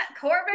Corbin